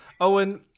Owen